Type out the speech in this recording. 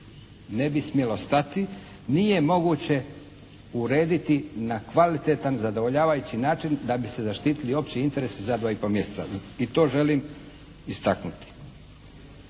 ne bi smjelo stati nije moguće urediti na kvalitetan, zadovoljavajući način da bi se zaštitili opći interesi za dva i po mjeseca. I to želim istaknuti.